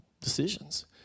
decisions